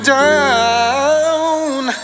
down